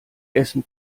essen